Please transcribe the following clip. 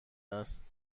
است